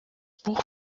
buch